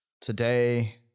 today